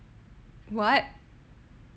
what